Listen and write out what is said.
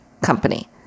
company